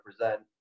represent